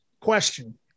question